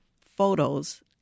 photos